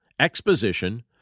exposition